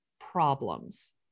problems